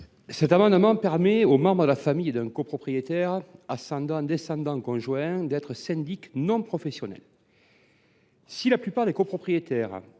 permettre à un membre de la famille d’un copropriétaire – ascendants, descendants, conjoint – d’être syndic non professionnel. Si la plupart des copropriétés